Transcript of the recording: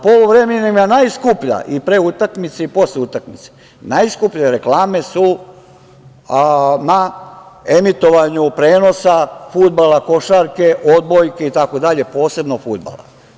Poluvreme im je najskuplja, i pre utakmice i posle utakmice, najskuplje reklame su kod emitovanja prenosa fudbala, košarke, odbojke itd, posebno fudbala.